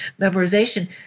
memorization